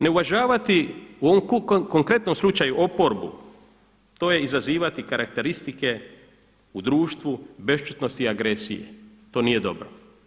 Ne uvažavati u ovom konkretnom slučaju oporbu, to je izazivati karakteristike u društvu bešćutnosti i agresije, to nije dobro.